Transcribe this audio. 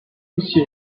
aussi